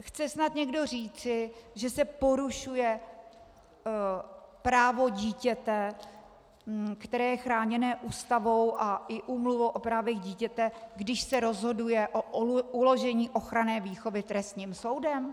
Chce snad někdo říci, že se porušuje právo dítěte, které je chráněno Ústavou a i Úmluvu o právech dítěte, když se rozhoduje o uložení ochranné výchovy trestním soudem?